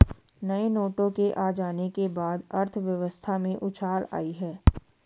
नए नोटों के आ जाने के बाद अर्थव्यवस्था में उछाल आयी है